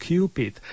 Cupid